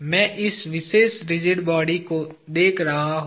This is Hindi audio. मैं इस विशेष रिजिड बॉडी को देख रहा हूं